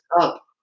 up